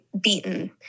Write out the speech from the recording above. beaten